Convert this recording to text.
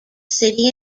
city